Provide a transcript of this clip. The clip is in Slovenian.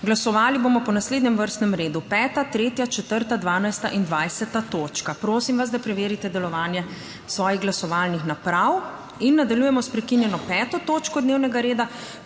Glasovali bomo po naslednjem vrstnem redu: 5., 3., 4., 12. in 20. točka. Prosim vas, da preverite delovanje svojih glasovalnih naprav. In nadaljujemo s prekinjeno 5. točko dnevnega reda,